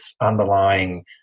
underlying